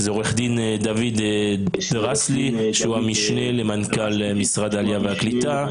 שזה עו"ד דוד דרסלי שהוא המשנה למנכ"ל משרד העלייה והקליטה,